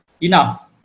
enough